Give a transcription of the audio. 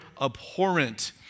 abhorrent